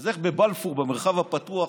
אז איך בבלפור, במרחב הפתוח,